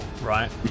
right